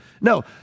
no